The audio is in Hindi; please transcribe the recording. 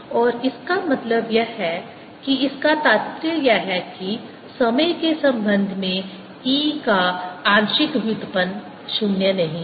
और इसका मतलब यह है कि इसका तात्पर्य यह है कि समय के संबंध में E का आंशिक व्युत्पन्न 0 नहीं है